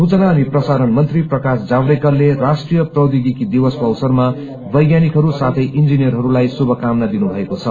सूचना अनि प्रसारण मन्त्री प्रकाश जावड़ेकरले राष्ट्रीय प्रौद्योगिकी दिवसको अवसरमा वैज्ञानिकहरू साथै इन्जीनियरहरूलाई श्रुभकामना दिनुभएको छ